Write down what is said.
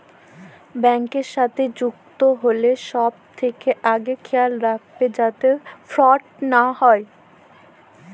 ব্যাংকের সাথে যুক্ত হ্যলে ছব থ্যাকে আগে খেয়াল রাইখবেক যাতে ফরড লা হ্যয়